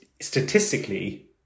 statistically